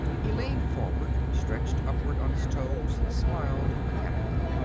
he leaned forward, stretched upward on his toes, and smiled mechanically.